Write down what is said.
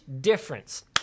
difference